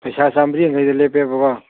ꯄꯩꯁꯥ ꯆꯥꯃꯔꯤ ꯌꯥꯡꯈꯩꯗ ꯂꯦꯞꯄꯦꯕꯀꯣ